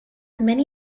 many